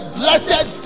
blessed